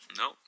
no